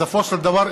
בסופו של דבר,